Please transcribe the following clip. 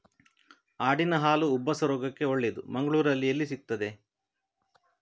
ಆಡಿನ ಹಾಲು ಉಬ್ಬಸ ರೋಗಕ್ಕೆ ಒಳ್ಳೆದು, ಮಂಗಳ್ಳೂರಲ್ಲಿ ಎಲ್ಲಿ ಸಿಕ್ತಾದೆ?